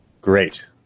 Great